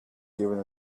giving